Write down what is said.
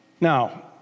Now